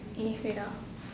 eh wait ah